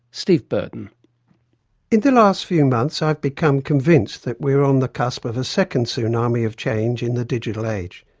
stephen burdon in the last few months, i've become convinced that we are on the cusp of a second tsunami of change in the digital age.